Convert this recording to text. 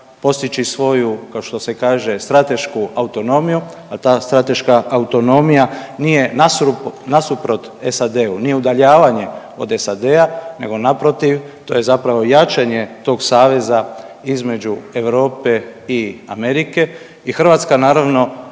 postići svoju kao što se kaže stratešku autonomiju, a ta strateška autonomija nije nasuprot SAD-u, nije udaljavanje od SAD-a nego naprotiv to je zapravo jačanje tog saveza između Europe i Amerike i Hrvatska naravno